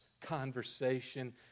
conversation